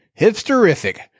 hipsterific